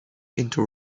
into